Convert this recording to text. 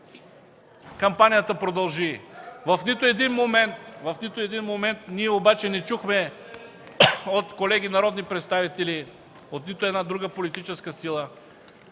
кампанията продължи. В нито един момент обаче ние не чухме от колеги народни представители, от нито една друга политическа сила